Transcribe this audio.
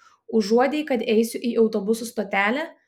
užuodei kad eisiu į autobusų stotelę